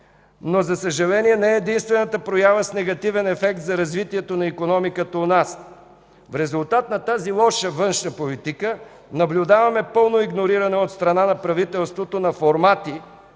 Но, за съжаление, не е единствената проява с негативен ефект за развитието на икономиката у нас. В резултат на тази лоша външна политика наблюдаваме пълно игнориране от страна на правителството на формати,